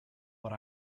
what